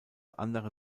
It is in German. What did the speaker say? andere